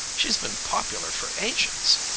she's been popular for ages!